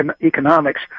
economics